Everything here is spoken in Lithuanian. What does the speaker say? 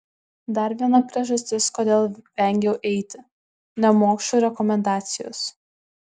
dar viena priežastis kodėl vengiau eiti nemokšų rekomendacijos